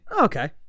Okay